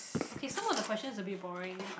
okay some of the question is a bit boring